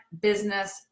business